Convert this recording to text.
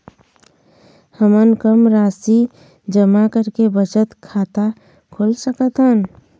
हमन कम राशि जमा करके बचत खाता खोल सकथन?